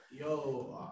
yo